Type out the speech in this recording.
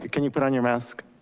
can you put on your mask.